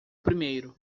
primeiro